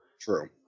True